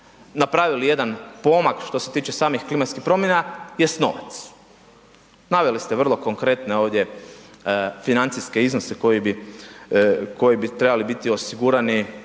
napravili jedan pomak što se tiče samih klimatskih promjena jest novac. Naveli ste vrlo konkretne ovdje financijske iznose koji bi, koji bi trebali biti osigurani